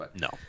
No